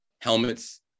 helmets